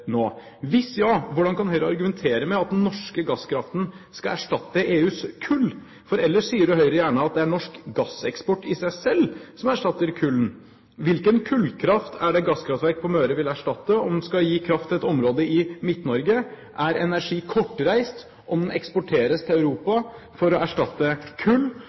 Hvis ja, hvordan kan Høyre argumentere med at den norske gasskraften skal erstatte EUs kull? Ellers sier Høyre gjerne at det er norsk gasseksport i seg selv som erstatter kullet. Hvilken kullkraft er det gasskraftverk på Møre vil erstatte om en skal gi kraft til et område i Midt-Norge? Er energi kortreist om den eksporteres til Europa for å erstatte kull?